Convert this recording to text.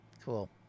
Cool